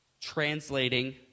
translating